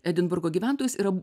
edinburgo gyventojus yra